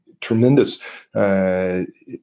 tremendous